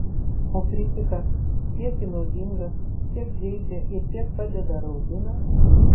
o kritika kiek ji naudinga kiek žeidžia ir kiek padeda ar augina